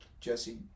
Jesse